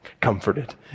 comforted